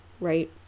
right